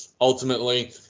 Ultimately